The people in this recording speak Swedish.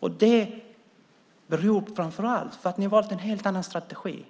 och det beror framför allt på att ni har valt en helt annan strategi.